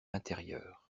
intérieur